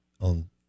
on